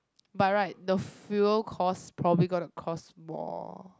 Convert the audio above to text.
by right the fuel cost probably gonna cost more